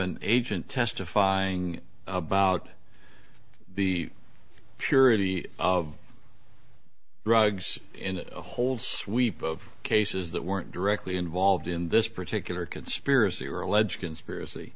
an agent testifying about the purity of drugs in a whole sweep of cases that weren't directly involved in this particular conspiracy or alleged conspiracy